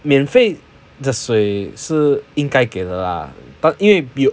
免费的水是应该给的 lah but 因为比